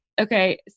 Okay